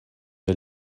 del